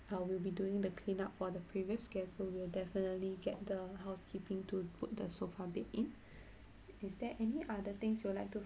uh we'll be doing the clean up for the previous guest so we'll definitely get the housekeeping to put the sofa bed in is there any other things you would like to